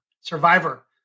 survivor